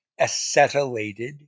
acetylated